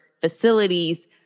facilities